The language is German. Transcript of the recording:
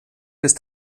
ist